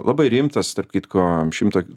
labai rimtas tarp kitko šimto